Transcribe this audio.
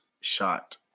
shot